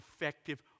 effective